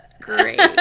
great